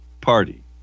party